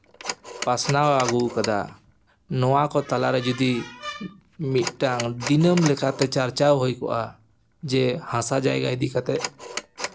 ᱯᱟᱥᱱᱟᱣ ᱟᱜᱩᱣᱟᱠᱟᱫᱟ ᱱᱚᱣᱟ ᱠᱚ ᱛᱟᱞᱟᱨᱮ ᱡᱩᱫᱤ ᱢᱤᱫᱴᱟᱝ ᱫᱤᱱᱟᱹᱢ ᱞᱮᱠᱟᱛᱮ ᱪᱟᱨᱪᱟᱣ ᱦᱩᱭ ᱠᱚᱜᱼᱟ ᱡᱮ ᱦᱟᱥᱟ ᱡᱟᱭᱜᱟ ᱤᱫᱤ ᱠᱟᱛᱮ